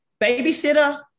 babysitter